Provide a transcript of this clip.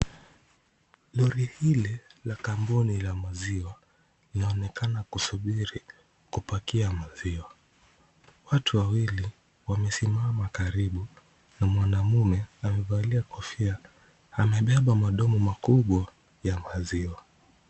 Lori hili la kampuni la maziwa laonekana kusubiri kupakia maziwa. Watu wawili wamesimama karibu na mwanaume amevalia kofia amebeba madomo makubwa ya maziwa.